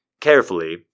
carefully